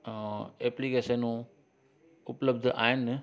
अ एप्लीकेशनूं उपलब्ध आहिनि